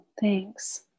Thanks